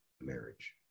marriage